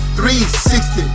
360